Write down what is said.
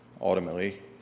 ultimately